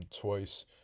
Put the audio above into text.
twice